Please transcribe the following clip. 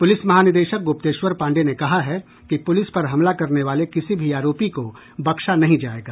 police महानिदेशक गुप्तेश्वर पाण्डेय ने कहा है कि पुलिस पर हमला करने वाले किसी भी आरोपी को बख्शा नहीं जायेगा